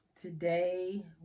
today